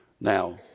Now